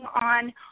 on